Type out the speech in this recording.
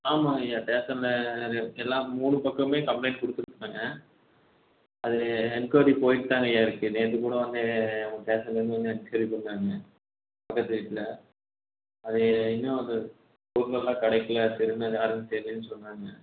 ஆமாங்க ஐயா ஸ்டேஷன்ல எல்லா மூணு பக்கமுமே கம்ப்ளைண்ட் கொடுத்துருக்காங்க அது என்குயரி போய்ட்டு தான்ங்க ஐயா இருக்குது நேற்று கூடோம் வந்து உங்கள் ஸ்டேஷன்லேருந்து வந்து என்குயரி பண்ணாங்க பக்கத்து வீட்டில் அது இன்னும் அது பொருளெல்லாம் கிடைக்கல திருடனது யாருன்னு தெரியலன்னு சொன்னாங்க